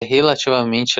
relativamente